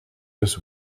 des